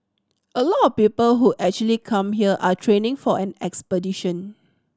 a lot of people who actually come here are training for an expedition